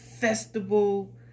festival